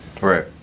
Right